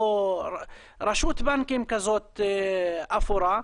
או רשות בנקים כזאת אפורה,